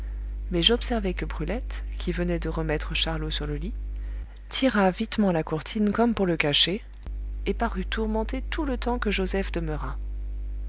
mais j'observai que brulette qui venait de remettre charlot sur le lit tira vitement la courtine comme pour le cacher et parut tourmentée tout le temps que joseph demeura